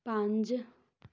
ਪੰਜ